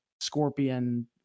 scorpion